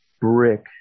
brick